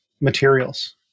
materials